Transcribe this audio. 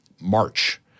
March